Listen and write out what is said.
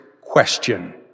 question